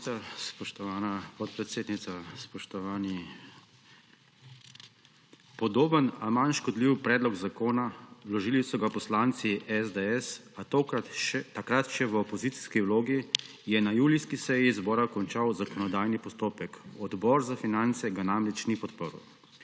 Podoben, a manj škodljiv predlog zakona, vložili so ga poslanci SDS, a takrat še v opozicijski vlogi, je na julijski seji zbora končal zakonodajni postopek, Odbor za finance ga namreč ni podprl.